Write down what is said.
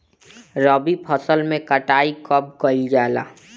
रबी फसल मे कटाई कब कइल जाला?